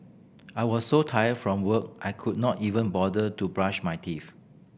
I was so tired from work I could not even bother to brush my teeth